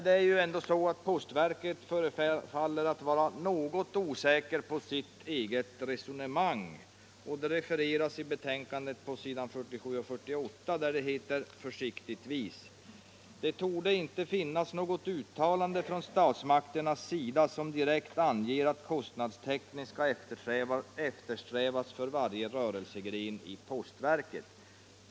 Men postverket förefaller ändå att vara något osäkert på sitt eget resonemang, som refereras i betänkandet på s. 47 och 48. Det heter där försiktigtvis: ”Det torde inte finnas något uttalande från statsmakternas sida som direkt anger att kostnadstäckning skall eftersträvas för varje rörelsegren i postverket.